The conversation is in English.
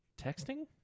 Texting